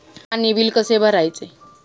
पाणी बिल कसे भरायचे?